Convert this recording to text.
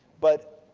but,